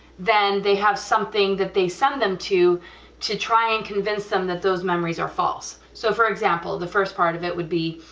then they have something that they send them to to try and convince them that those memories are false, so for example, the first part of it would be,